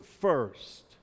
first